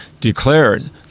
declared